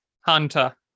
Hunter